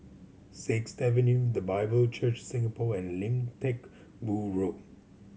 Sixth Avenue The Bible Church Singapore and Lim Teck Boo Road